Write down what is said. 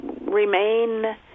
remain